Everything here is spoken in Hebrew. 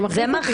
זה מכעיס אותי.